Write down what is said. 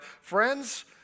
friends